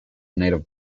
native